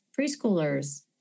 preschoolers